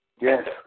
Yes